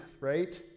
right